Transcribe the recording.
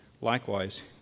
Likewise